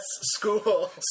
school